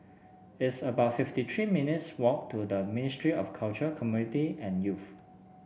it's about fifty three minutes' walk to the Ministry of Culture Community and Youth